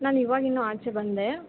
ನಾನು ಇವಾಗ ಇನ್ನು ಆಚೆ ಬಂದೆ